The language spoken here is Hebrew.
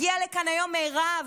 הגיעה לכאן היום מירב,